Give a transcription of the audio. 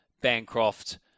Bancroft